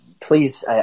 please